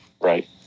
right